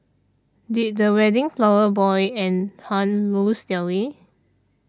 did the wedding flower boy and Hun lose their way